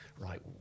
right